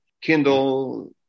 Kindle